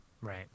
Right